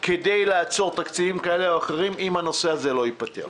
כדי לעצור תקציבים כאלה ואחרים אם הנושא הזה לא ייפתר.